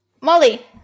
Molly